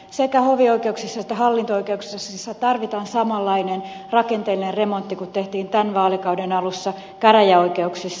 sekä hovioikeuksissa että hallinto oikeuksissa tarvitaan samanlainen rakenteellinen remontti kuin tehtiin tämän vaalikauden alussa käräjäoikeuksissa